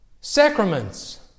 sacraments